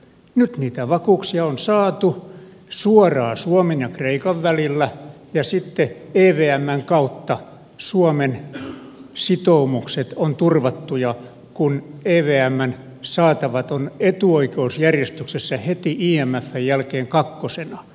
nyt niitä vakuuksia on saatu suoraan suomen ja kreikan välillä ja sitten evmn kautta suomen sitoumukset ovat turvattuja kun evmn saatavat ovat etuoikeusjärjestyksessä heti imfn jälkeen kakkosena